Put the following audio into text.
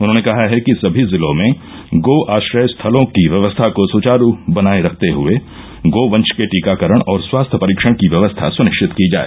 उन्होंने कहा है कि सभी जिलों में गो आश्रय स्थलों की व्यवस्था को सचारू बनाये रखते हये गो वंश के टीकाकरण और स्वास्थ्य परीक्षण की व्यवस्था सुनिश्चित की जाय